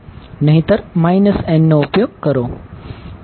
નહિંતર n નો ઉપયોગ કરો